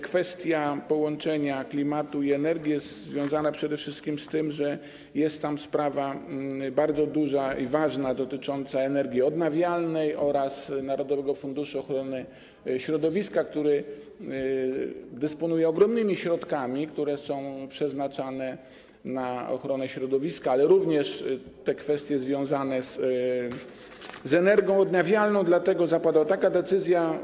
Kwestia połączenia klimatu i energii jest związana przede wszystkim z tym, że jest tam bardzo duża i ważna sprawa dotycząca energii odnawialnej oraz narodowego funduszu ochrony środowiska, który dysponuje ogromnymi środkami przeznaczanymi na ochronę środowiska, ale chodzi również o kwestie związane z energią odnawialną, dlatego zapadła taka decyzja.